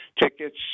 tickets